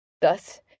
Thus